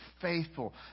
faithful